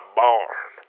barn